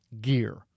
gear